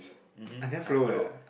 mmhmm I follow